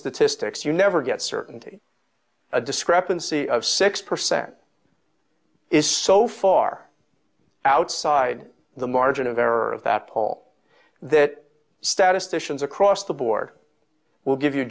statistics you never get certainty a discrepancy of six percent is so far outside the margin of error of that poll that statisticians across the board will give you a